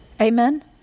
Amen